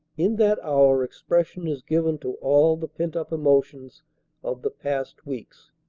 in that hour expression is given to all the pent-up emotions of the past weeks.